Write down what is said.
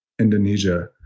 Indonesia